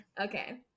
Okay